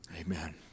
Amen